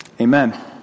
Amen